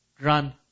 run